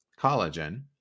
collagen